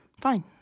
fine